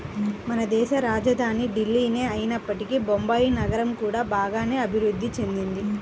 మనదేశ రాజధాని ఢిల్లీనే అయినప్పటికీ బొంబాయి నగరం కూడా బాగానే అభిరుద్ధి చెందింది